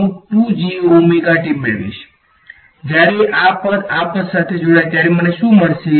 હું મેળવીશ જ્યારે આ પદ આ પદ સાથે જોડાય ત્યારે મને શું મળશે